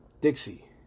Dixie